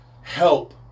help